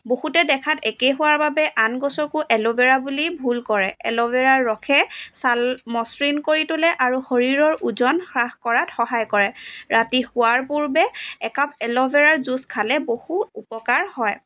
বহুতেই দেখাত একে হোৱাৰ বাবে আন গছকো এল'ভেৰা বুলি ভুল কৰে এল'ভেৰা ৰসে ছাল মসৃণ কৰি তোলে আৰু শৰীৰৰ ওজন হ্ৰাস কৰাত সহায় কৰে ৰাতি শোৱাৰ পূৰ্বে একাপ এল'ভেৰাৰ জুচ খালে বহুত উপকাৰ হয়